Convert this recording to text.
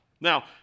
Now